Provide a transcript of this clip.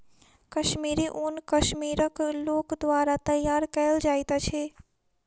कश्मीरी ऊन कश्मीरक लोक द्वारा तैयार कयल जाइत अछि